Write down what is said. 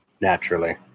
naturally